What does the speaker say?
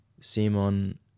Simon